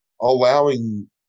allowing